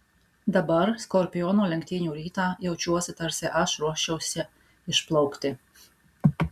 dabar skorpiono lenktynių rytą jaučiuosi tarsi aš ruoščiausi išplaukti